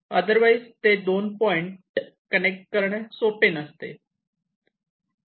आदर वाईज ते दोन पॉईंट कनेक्ट करणे सोपे नसते